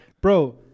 Bro